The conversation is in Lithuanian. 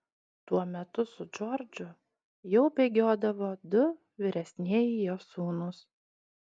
tuo metu su džordžu jau bėgiodavo du vyresnieji jo sūnūs